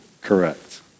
correct